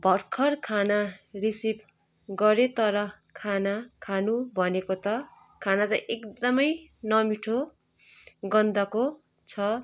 भर्खर खाना रिसिभ गरेँ तर खाना खानु भनेको त खाना त एकदमै नमिठो गन्धको छ